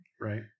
Right